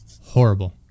horrible